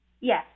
Yes